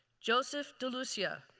joseph delucia,